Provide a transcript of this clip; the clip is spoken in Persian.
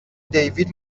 دیوید